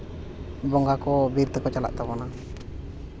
ᱵᱚᱸᱜᱟ ᱠᱚ ᱵᱤᱨ ᱛᱮᱠᱚ ᱪᱟᱞᱟᱜ ᱛᱟᱵᱚᱱᱟ